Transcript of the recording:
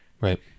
Right